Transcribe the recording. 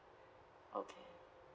okay